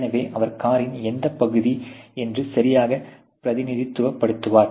எனவே அவர் காரின் எந்த பகுதி என்று சரியாக பிரதிநிதித்துவப்படுத்துவார்